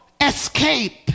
escape